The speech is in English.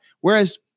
whereas